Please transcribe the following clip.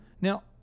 Now